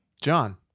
John